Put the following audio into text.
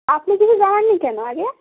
আপনি কিছু জানাননি কেন আগে